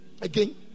again